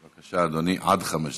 בבקשה, אדוני, עד חמש דקות.